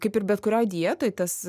kaip ir bet kurioj dietai tas